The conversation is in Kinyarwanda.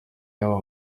y’aba